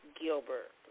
Gilbert